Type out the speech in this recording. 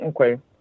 Okay